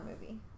movie